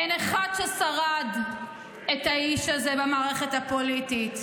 אין אחד ששרד את האיש הזה במערכת הפוליטית.